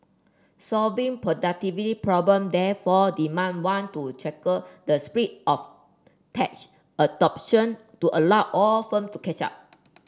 solving productivity problem therefore demand one to tackle the spread of tech adoption to allow all firm to catch up